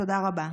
תודה רבה.